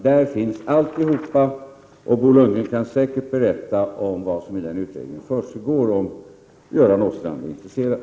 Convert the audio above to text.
Där finns alltsammans och Bo Lundgren kan säkert berätta om vad som försiggår i utredningen om Göran Åstrand är intresserad.